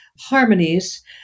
harmonies